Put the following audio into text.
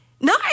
No